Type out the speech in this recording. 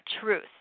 truth